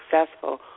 successful